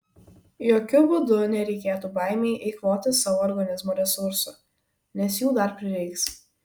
jokiu būdu nereikėtų baimei eikvoti savo organizmo resursų nes jų dar prireiks